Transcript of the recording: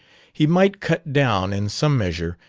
he might cut down, in some measure,